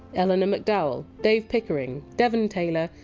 eleanor mcdowall, dave pickering, devon taylor,